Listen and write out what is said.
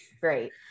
great